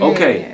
Okay